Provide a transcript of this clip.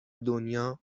دنیا